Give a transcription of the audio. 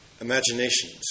imaginations